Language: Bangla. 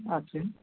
আচ্ছা